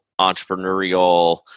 entrepreneurial